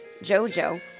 Jojo